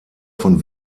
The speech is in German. von